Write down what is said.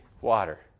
water